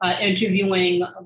interviewing